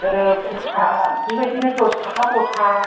ओ गथा बेबायदिनो दसथाखा गथा